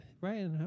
right